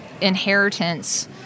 inheritance